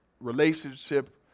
relationship